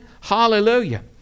Hallelujah